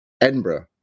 edinburgh